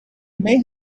may